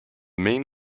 main